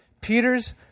Peter's